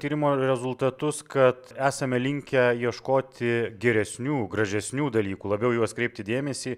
tyrimo rezultatus kad esame linkę ieškoti geresnių gražesnių dalykų labiau į juos kreipti dėmesį